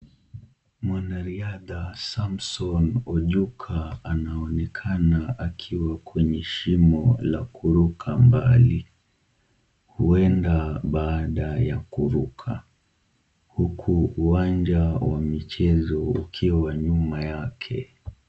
Mwanariadha Samson Ojuka anaoenakana akiwa kwenye shimo la kuruka mbali, huenda baada ya kuruka. Huku uwanja wa michezo ukiwa nyuma yake.